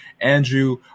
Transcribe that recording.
Andrew